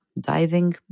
diving